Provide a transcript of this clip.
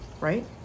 right